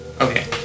Okay